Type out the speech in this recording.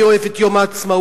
אני אוהב את יום העצמאות,